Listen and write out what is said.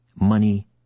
money